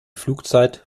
flugzeit